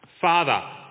Father